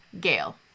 Gail